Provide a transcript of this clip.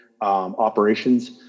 operations